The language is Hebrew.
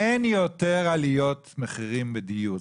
אין יותר עליות מחירים בדיור.